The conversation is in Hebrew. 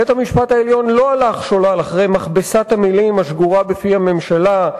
בית-המשפט העליון לא הלך שולל אחרי מכבסת המלים השגורה בפי הממשלה,